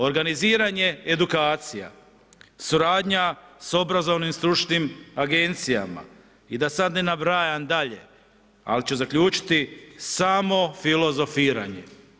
Organiziranje, edukacija, suradnja s obrazovnim stručnim agencijama i da sada ne nabrajam dalje, ali ću zaključiti samo filozofiranje.